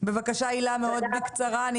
בבקשה הילה, מאוד בקצרה.